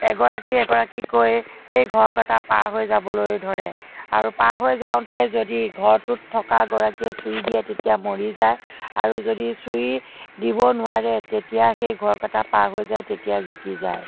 এগৰাকী এগৰাকীকৈ সেই ঘৰ কেইটা পাৰ হৈ যাবলৈ ধৰে আৰু পাৰ হৈ যাওঁতে যদি ঘৰটোত থকা গৰাকীয়ে চুই দিয়ে তেতিয়া মৰি যায় আৰু যদি চুই দিব নোৱাৰে তেতিয়া সেই ঘৰকেইটা পাৰ হৈ যায় তেতিয়া জিকি যায়